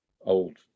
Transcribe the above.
old